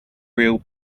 real